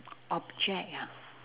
object ah